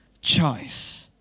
choice